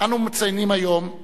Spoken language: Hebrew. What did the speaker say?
אנו מציינים היום,